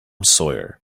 sawyer